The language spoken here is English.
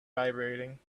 vibrating